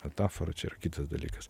metafora čia yra kitas dalykas